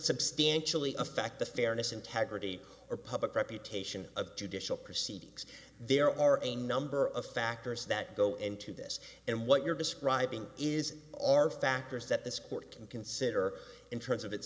substantially affect the fairness integrity or public reputation of judicial proceedings there are a number of factors that go into this and what you're describing is all factors that this court can consider in terms of its